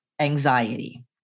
anxiety